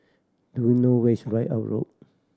do you know where is Ridout Road